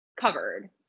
covered